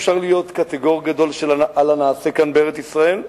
אפשר להיות קטיגור גדול על הנעשה כאן בארץ-ישראל,